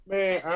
Man